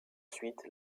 suite